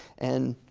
and